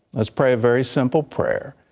let's pray a very simple prayer.